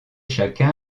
chacun